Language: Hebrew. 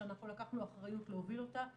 שאנחנו לקחנו אחריות להוביל אותה,